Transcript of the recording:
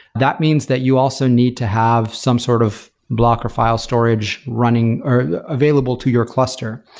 that means that you also need to have some sort of blocker file storage running or available to your cluster.